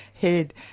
head